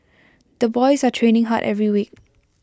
the boys are training hard every week